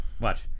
Watch